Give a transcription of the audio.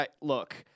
look